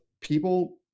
people